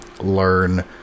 learn